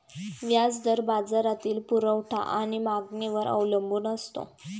व्याज दर बाजारातील पुरवठा आणि मागणीवर अवलंबून असतो